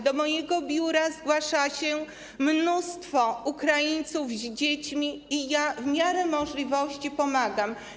Do mojego biura zgłasza się mnóstwo Ukraińców z dziećmi i w miarę możliwości pomagam.